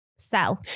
sell